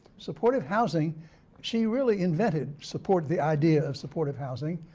supportive housing she really invented, supported the idea of supportive housing.